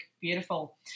Beautiful